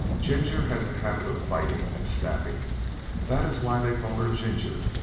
ginger has a habit of biting and snapping that is why they call her ginger,